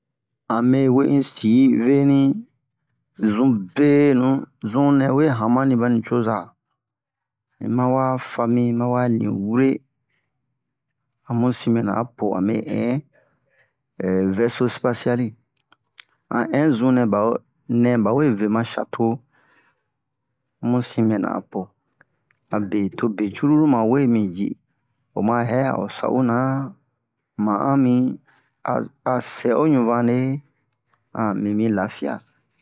Ame we un si veni zun benu zun nɛ we hamani ba nicoza un ma wa fami ma wa ni wure a mu sin mɛna a po a mɛ hɛn vɛso-sipasiyali an in zun nɛ baro nɛ bawe ve ma shato mu sin mɛna apo abe to be cururu ma we mi ji oma hɛ'a o sa'o na ma'an mi a a sɛ o ɲuvane mi mi lafiya